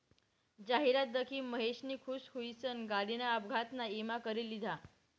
जाहिरात दखी महेशनी खुश हुईसन गाडीना अपघातना ईमा करी लिधा